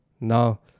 now